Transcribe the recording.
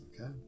Okay